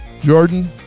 Jordan